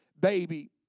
baby